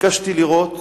ביקשתי לראות